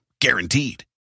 guaranteed